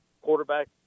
quarterback